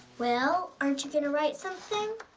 well? aren't you gonna write something?